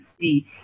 see